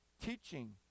teaching